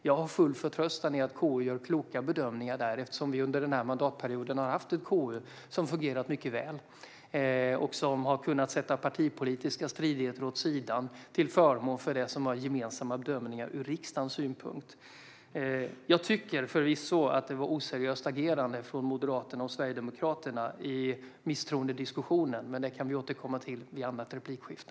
Jag har full förtröstan för att KU gör kloka bedömningar eftersom vi under denna mandatperiod har haft ett KU som har fungerat mycket väl och som har kunnat sätta partipolitiska stridigheter åt sidan till förmån för det som är gemensamma bedömningar ur riksdagens synpunkt. Jag tycker förvisso att det var ett oseriöst agerande från Moderaternas och Sverigedemokraternas sida i misstroendediskussionen, men det kan vi återkomma till i ett annat replikskifte.